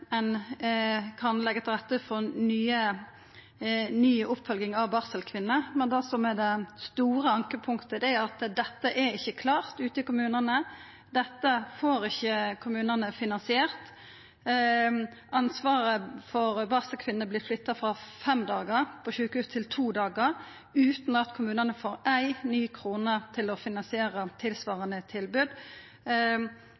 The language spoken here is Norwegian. ein kan leggja til rette for ny oppfølging av barselkvinner, men det som er det store ankepunktet, er at dette ikkje er klart ute i kommunane, dette får ikkje kommunane finansiert. Ansvaret for barselkvinnene vert flytta frå fem dagar på sjukehus til to dagar, utan at kommunane får éi ny krone til å finansiera